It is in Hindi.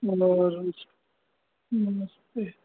और नमस्ते